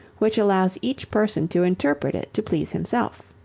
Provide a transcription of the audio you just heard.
which allows each person to interpret it to please himself.